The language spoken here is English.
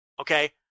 Okay